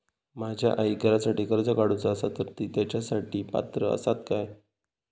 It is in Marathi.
माझ्या आईक घरासाठी कर्ज काढूचा असा तर ती तेच्यासाठी पात्र असात काय?